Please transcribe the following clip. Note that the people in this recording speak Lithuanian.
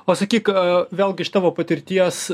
o sakyk vėlgi iš tavo patirties